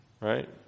Right